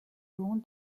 long